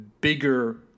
bigger